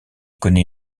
connait